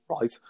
right